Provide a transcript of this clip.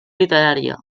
literària